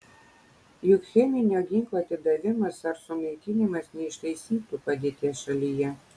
juk cheminio ginklo atidavimas ar sunaikinimas neištaisytų padėties šalyje